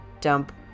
dump